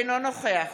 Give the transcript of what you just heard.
אינו נוכח